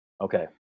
Okay